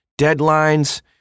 deadlines